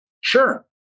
Sure